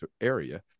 area